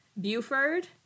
Buford